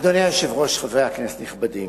אדוני היושב-ראש, חברי כנסת נכבדים,